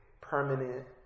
permanent